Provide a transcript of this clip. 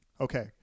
Okay